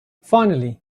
finally